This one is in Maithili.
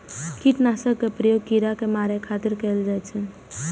कीटनाशक के प्रयोग कीड़ा कें मारै खातिर कैल जाइ छै